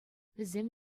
вӗсем